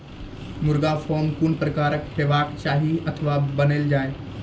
मुर्गा फार्म कून प्रकारक हेवाक चाही अथवा बनेल जाये?